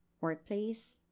workplace